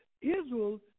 Israel